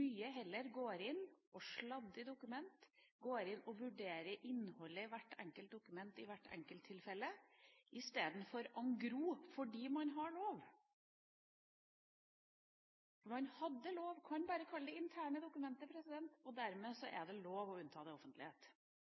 mye heller går inn og sladder dokumenter, går inn og vurderer innholdet i hvert enkelt dokument i hvert enkelt tilfelle i stedet for å ta det «engros» fordi man har lov. Man hadde lov, man kan bare kalle det interne dokumenter, og dermed er det lov å unnta det offentlighet.